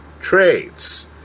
trades